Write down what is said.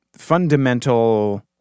fundamental